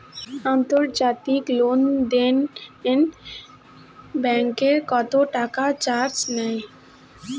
আন্তর্জাতিক লেনদেনে ব্যাংক কত টাকা চার্জ নেয়?